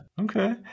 Okay